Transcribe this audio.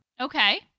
Okay